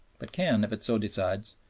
but can, if it so decides,